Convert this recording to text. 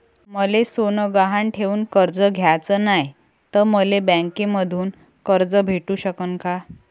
मले सोनं गहान ठेवून कर्ज घ्याचं नाय, त मले बँकेमधून कर्ज भेटू शकन का?